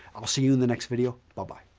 i'll see you in the next video. bye-bye.